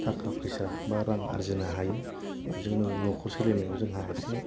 थाखा फैसा बा रां आरजिनो हायो जोंनो न'खर सोलिनायाव जोंहा एसे